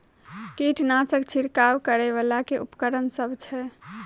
कीटनासक छिरकाब करै वला केँ उपकरण सब छै?